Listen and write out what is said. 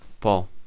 Paul